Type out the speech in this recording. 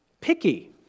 picky